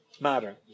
matter